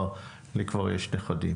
לי כבר יש נכדים